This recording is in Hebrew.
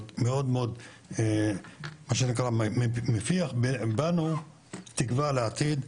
מאוד מאוד מה שנקרא מפיח בנו תקווה לעתיד,